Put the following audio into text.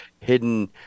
hidden